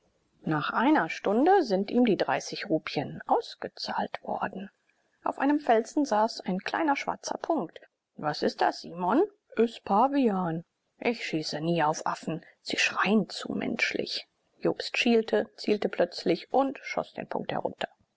nach einer stunde sind ihm die dreißig rupien ausgezahlt worden auf einem felsen saß ein kleiner schwarzer punkt was ist das simon is pavian ich schieße nie auf affen sie schreien zu menschlich jobst schielte zielte plötzlich und schoß den punkt herunter